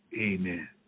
amen